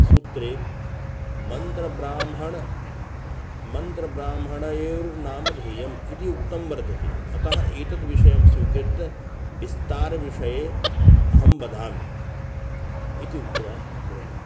सूत्रे मन्त्रब्राह्मणं मन्त्रब्राह्मणयोर्नामधेयम् इति उक्तं वर्तते अतः एतद्विषयं स्वीकृत्य विस्तारविषये अहं वदामि इति उक्त्वा विरमामि